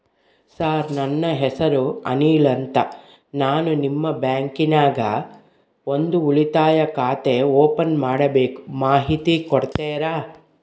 Sir ನನ್ನ ಹೆಸರು ಅನಿಲ್ ಅಂತ ನಾನು ನಿಮ್ಮ ಬ್ಯಾಂಕಿನ್ಯಾಗ ಒಂದು ಉಳಿತಾಯ ಖಾತೆ ಓಪನ್ ಮಾಡಬೇಕು ಮಾಹಿತಿ ಕೊಡ್ತೇರಾ?